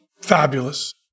fabulous